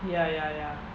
ya ya ya